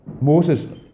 Moses